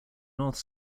north